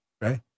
right